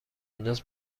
انداز